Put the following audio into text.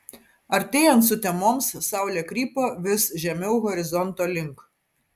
artėjant sutemoms saulė krypo vis žemiau horizonto link